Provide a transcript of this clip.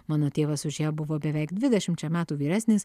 mano tėvas už ją buvo beveik dvidešimčia metų vyresnis